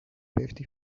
fifty